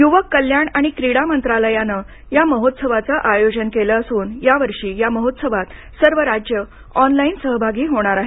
युवक कल्याण आणि क्रीडा मंत्रालयानं या महोत्सवाचं आयोजन केलं असून या वर्षी ह्या महोत्सवात सर्व राज्यं ऑनलाइन सहभागी होणार आहेत